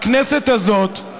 הכנסת הזאת,